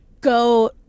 go –